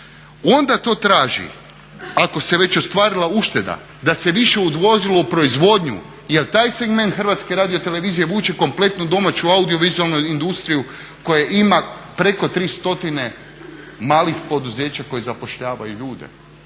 Onda to traži ako se već ostvarila ušteda da se više …/Govornik se ne razumije./… u proizvodnju jer taj segment Hrvatske radiotelevizije vuče kompletnu domaću audiovizualnu industriju koja ima preko 3 stotine malih poduzeća koji zapošljavaju ljude.